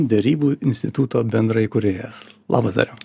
derybų instituto bendraįkūrėjas labas dariau